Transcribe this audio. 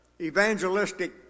evangelistic